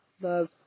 Love